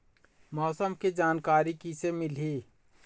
मौसम के जानकारी किसे मिलही?